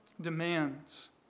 demands